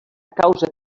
causa